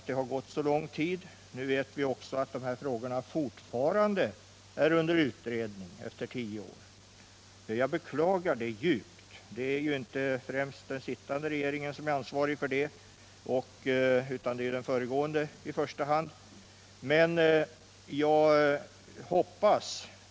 Det har gått lång tid sedan dess, och de här frågorna är fortfarande, efter tio år, under utredning. Jag beklagar detta djupt. Det är inte främst den sittande regeringen som är ansvarig för det utan i första hand den föregående.